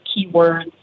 keywords